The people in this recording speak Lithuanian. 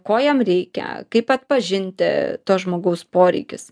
ko jam reikia kaip atpažinti to žmogaus poreikius